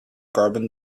carbon